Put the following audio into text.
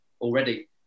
already